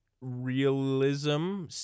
realism